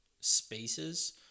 spaces